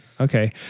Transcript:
Okay